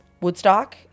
Woodstock